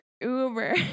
Uber